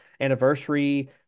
anniversary